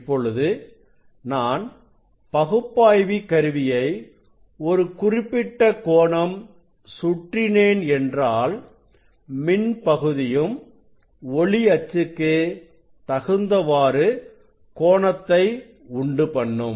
இப்பொழுது நான் பகுப்பாய்வி கருவியை ஒரு குறிப்பிட்ட கோணம் சுற்றினேன் என்றாள் மின் பகுதியும் ஒளி அச்சுக்கு தகுந்தவாறு கோணத்தை உண்டு பண்ணும்